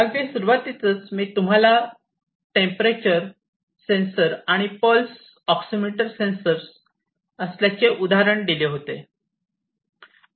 अगदी सुरूवातीसच मी तुम्हाला टेंपरेचर तापमान सेन्सर आणि पल्स ऑक्सिमीटर सेन्सर वापरत असल्याचे उदाहरण दिले होते